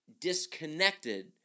disconnected